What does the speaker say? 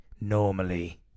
normally